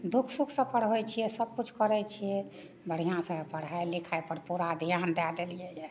दुःख सुख से पढ़बै छियै सब किछु करै छियै बढ़िऑंसॅं पढ़ाइ लिखाइपर पूरा ध्यान दए देलियैया